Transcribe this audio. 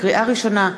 לקריאה ראשונה,